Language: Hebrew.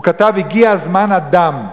הוא כתב: "הגיע זמן הדם".